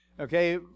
Okay